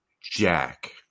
jack